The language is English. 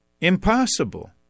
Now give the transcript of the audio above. Impossible